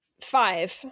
Five